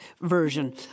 version